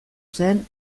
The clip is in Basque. zen